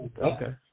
Okay